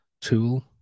tool